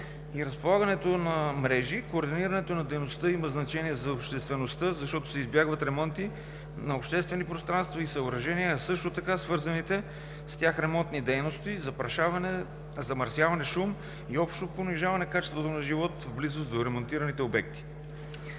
и разполагането на мрежи координирането на дейността има значение за обществеността, защото се избягват ремонти на обществени пространства и съоръжения, а също така и свързаните с тях ремонтни дейности – запрашаване, замърсяване, шум и общо понижаване качеството на живот в близост до ремонтираните обекти.